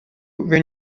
when